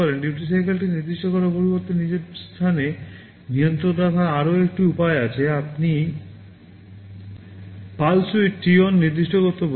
duty cycle নির্দিষ্ট করার পরিবর্তে নিজের সাথে নিয়ন্ত্রণ রাখার আরও একটি উপায় রয়েছে আপনি PULSE WIDTH t on নির্দিষ্ট করতে পারেন